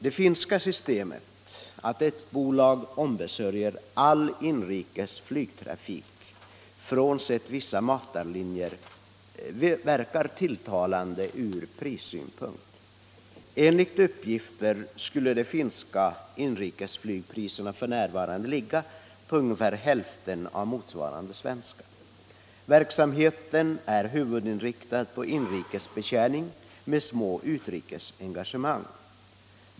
Det finska systemet att ett bolag ombesörjer all inrikes flygtrafik, frånsett vissa matarlinjer, verkar tilltalande ur prissynpunkt. Enligt uppgifter skulle de finska inrikes flygpriserna f. n. ligga på ungefär hälften av motsvarande svenska. Verksamheten är huvudinriktad på inrikesbetjäning med små utrikesengagemang.